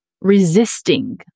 resisting